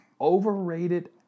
Overrated